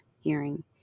hearing